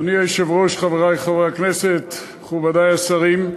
אדוני היושב-ראש, חברי חברי הכנסת, מכובדי השרים,